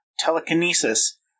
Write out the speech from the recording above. telekinesis